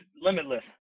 limitless